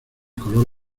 color